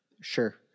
Sure